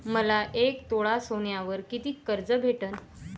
मले एक तोळा सोन्यावर कितीक कर्ज भेटन?